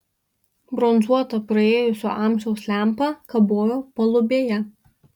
bronzuota praėjusio amžiaus lempa kabojo palubėje